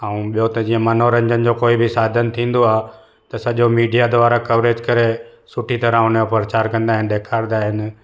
ऐं ॿियो त जीअं मनोरंजन जो कोई साधन थींदो आहे त सॼो मीडिया द्वारा कवरेज करे सुठी तरह हुनजो परचार कंदा आहिनि ॾेखारींदा आहिनि